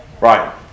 right